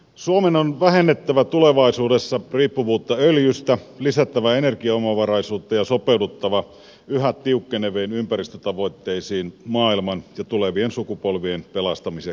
suomen on vähennettävä tulevaisuudessa riippuvuutta öljystä lisättävä energiaomavaraisuutta ja sopeuduttava yhä tiukkeneviin ympäristötavoitteisiin maailman ja tulevien sukupolvien pelastamiseksi